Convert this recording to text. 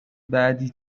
بعدی